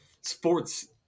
sports